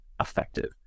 effective